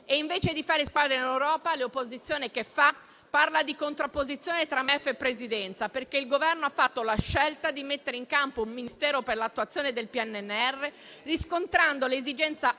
Invece di fare squadra in Europa, l'opposizione cosa fa? Parla di contrapposizione tra MEF e Presidenza, perché il Governo ha fatto la scelta di mettere in campo un Ministero per l'attuazione del PNRR, riscontrando l'esigenza